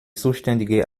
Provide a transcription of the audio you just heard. zuständige